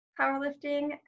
powerlifting